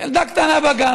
ילדה קטנה בגן,